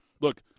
Look